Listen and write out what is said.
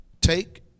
take